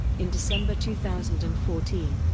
in december two thousand and fourteen,